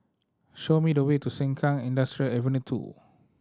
show me the way to Sengkang Industrial Ave Two